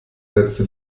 sätze